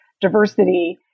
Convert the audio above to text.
diversity